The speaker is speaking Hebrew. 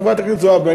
חברת הכנסת זועבי,